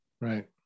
Right